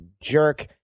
jerk